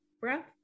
breath